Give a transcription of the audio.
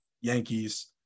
Yankees